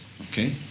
Okay